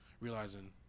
realizing